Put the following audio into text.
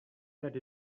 that